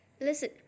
Listen